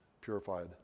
purified